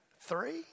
three